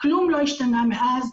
כלום לא השתנה מאז,